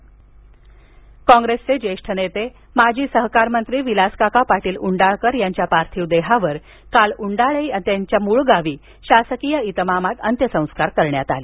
विलासकाका उंडाळकर कॉंग्रेसचे जेछ नेते माजी सहकार मंत्री विलासकाका पाटील उंडाळकर याच्या पार्थिव देहावर काल उंडाळे या त्यांच्या मूळगावी शासकीय इतमामात अंत्यसंस्कार करण्यात आले